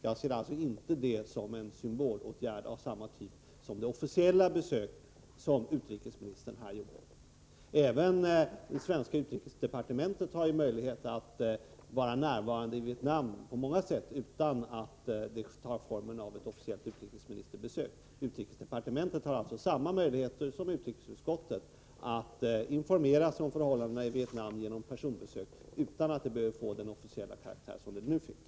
Jag ser inte det som en symbolåtgärd av samma typ som det officiella besök som utrikesministern här gjorde. Det svenska utrikesdepartementet har möjlighet att vara närvarande i Vietnam på många sätt utan att det tar formen av ett officiellt utrikesministerbesök. Utrikesdepartementet har alltså samma möjligheter som utrikesutskottet att informera sig om förhållandena i Vietnam genom personbesök utan att det behöver få den officiella karaktär det nu fick.